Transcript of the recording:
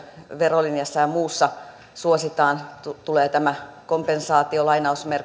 verolinjassa ja muussa suositaan tulee tämä kompensaatio